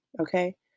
Okay